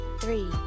three